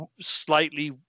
Slightly